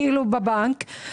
כאילו בבנק.